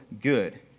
good